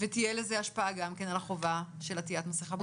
ותהיה לזה השפעה גם על החובה של עטיית מסכה.